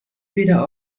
weder